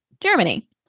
Germany